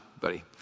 buddy